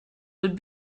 would